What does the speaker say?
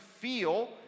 feel